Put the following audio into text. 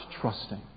trusting